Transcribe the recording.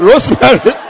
Rosemary